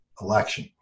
election